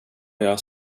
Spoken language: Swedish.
jag